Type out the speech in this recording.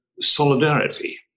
solidarity